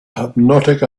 hypnotic